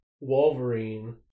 Wolverine